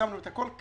צמצמנו את הכול.